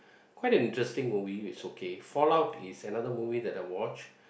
quite an interesting movie it's okay Fallout is another movie that I watch